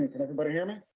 and everybody hear me?